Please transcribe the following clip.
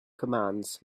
commands